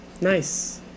Nice